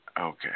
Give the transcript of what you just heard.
Okay